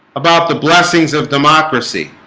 about the blessings of democracy